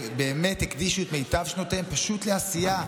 באמת הקדישו את מיטב שנותיהם פשוט לעשייה,